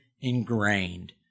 ingrained